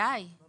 תיקון